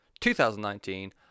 2019